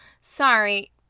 Sorry